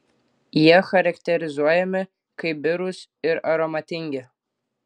jie charakterizuojami kaip birūs ir aromatingi